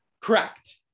Correct